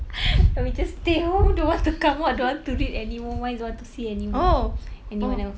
I will just stay home don't want to come out don't want to read anymore minds don't want to see anymore anyone else